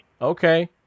Okay